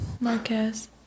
Marquez